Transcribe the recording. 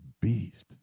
beast